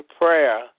prayer